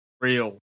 real